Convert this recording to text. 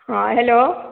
हँ हेलो